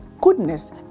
goodness